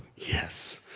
yes!